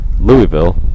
Louisville